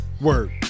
Word